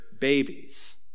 babies